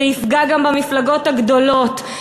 זה יפגע גם במפלגות הגדולות,